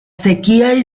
sequía